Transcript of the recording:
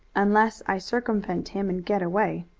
unless i circumvent him and get away.